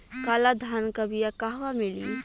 काला धान क बिया कहवा मिली?